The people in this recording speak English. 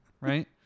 Right